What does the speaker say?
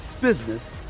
business